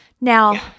Now